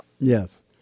Yes